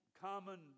common